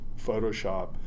Photoshop